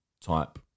type